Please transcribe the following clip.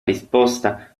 risposta